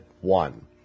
one